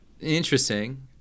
Interesting